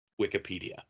Wikipedia